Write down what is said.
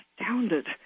astounded